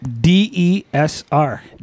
D-E-S-R